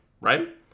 Right